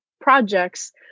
projects